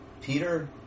Peter